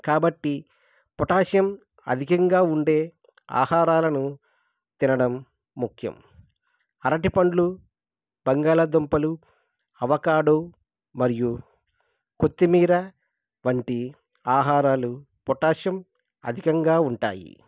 కాబట్టి పొటాషియం అధికంగా ఉండే ఆహారాలను తినడం ముఖ్యం అరటి పండ్లు బంగాళదుంపలు అవకాడో మరియు కొత్తిమీర వంటి ఆహారాలు పొటాషియం అధికంగా ఉంటాయి